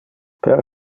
per